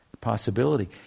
possibility